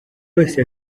wese